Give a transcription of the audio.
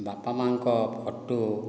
ବାପା ମାଆଙ୍କ ଫଟୋ